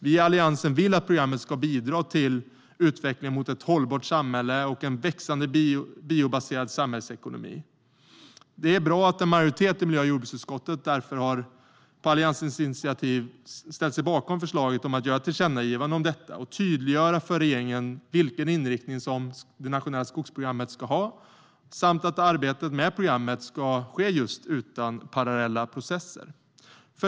Vi i Alliansen vill att programmet ska bidra till utvecklingen mot ett hållbart samhälle och en växande biobaserad samhällsekonomi. Det är bra att en majoritet i miljö och jordbruksutskottet därför, på Alliansens initiativ, har ställt sig bakom förslaget om att göra ett tillkännagivande om detta och tydliggöra för regeringen vilken inriktning som det nationella skogsprogrammet ska ha samt att arbetet med programmet ska ske just utan parallella processer.